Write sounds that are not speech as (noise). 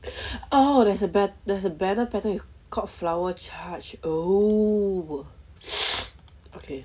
oh there's a be~ there's a banner pattern called flower charge oh (noise) okay